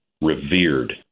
revered